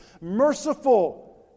merciful